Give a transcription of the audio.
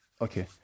Okay